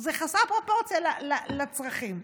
זה חסר פרופורציה לצרכים.